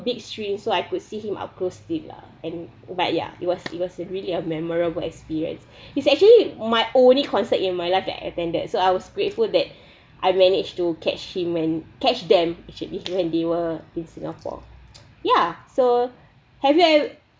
big screen so I could see him up close still lah and but ya it was it was really a memorable experience it's actually my only concert in my life that I attended so I was grateful that I managed to catch him and catch them actually when they were in singapore yeah so have you ever